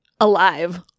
alive